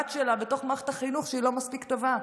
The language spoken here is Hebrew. של הבת שלה בתוך מערכת החינוך שהיא לא מספיק טובה,